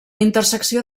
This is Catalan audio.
intersecció